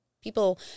people